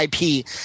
IP